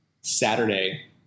Saturday